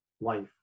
life